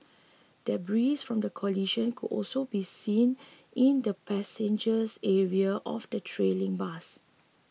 debris from the collision could also be seen in the passengers area of the trailing bus